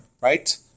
right